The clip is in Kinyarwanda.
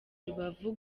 rubavu